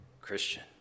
Christian